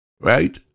Right